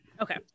Okay